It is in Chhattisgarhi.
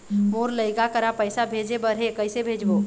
मोर लइका करा पैसा भेजें बर हे, कइसे भेजबो?